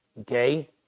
Okay